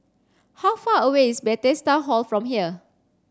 how far away is Bethesda Hall from here